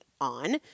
on